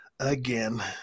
Again